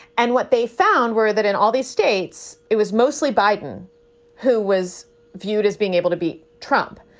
and what they found were that in all these states, it was mostly biden who was viewed as being able to beat trump.